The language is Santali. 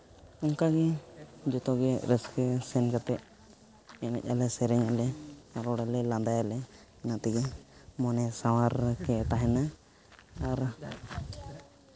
ᱚᱱᱠᱟᱜᱮ ᱡᱚᱛᱚ ᱨᱟᱹᱥᱠᱟᱹ ᱥᱮᱱ ᱠᱟᱛᱮ ᱮᱱᱮᱡ ᱟᱞᱮ ᱥᱮᱨᱮᱧᱟᱞᱮ ᱨᱚᱲᱟᱞᱮ ᱞᱟᱸᱫᱟᱭᱟᱞᱮ ᱚᱱᱟᱛᱮᱜᱮ ᱢᱚᱱᱮ ᱥᱟᱶᱟᱨ ᱜᱮ ᱛᱟᱦᱮᱱᱟ ᱟᱨ